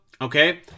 okay